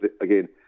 again